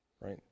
Right